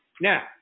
Now